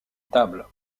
table